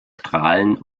strahlen